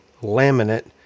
laminate